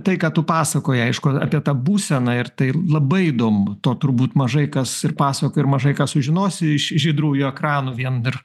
tai ką tu pasakojai aišku apie tą būseną ir tai labai įdomu to turbūt mažai kas ir pasakoja ir mažai ką sužinosi iš žydrųjų ekranų vien ir